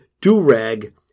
do-rag